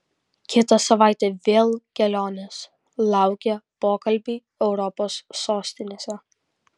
kitą savaitę vėl kelionės laukia pokalbiai europos sostinėse